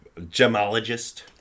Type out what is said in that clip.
gemologist